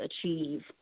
achieve